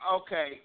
Okay